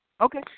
Okay